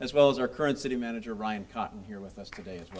as well as our current city manager ryan cotton here with us today